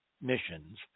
missions